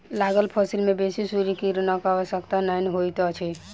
लागल फसिल में बेसी सूर्य किरणक आवश्यकता नै होइत अछि